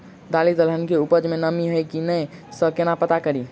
दालि दलहन केँ उपज मे नमी हय की नै सँ केना पत्ता कड़ी?